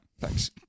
thanks